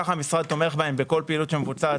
כך המשרד תומך בכם בכל פעילות שמבוצעת